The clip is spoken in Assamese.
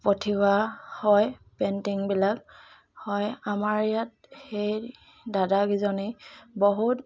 পঠিওৱা হয় পেইন্টিংবিলাক হয় আমাৰ ইয়াত সেই দাদাকেইজনেই বহুত